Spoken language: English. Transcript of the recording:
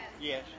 Yes